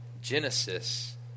Genesis